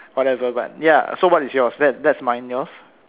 whatever but ya so what is yours that that's mine yours